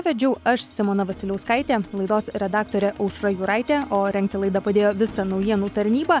vedžiau aš simona vasiliauskaitė laidos redaktorė aušra juraitė o rengti laidą padėjo visa naujienų tarnyba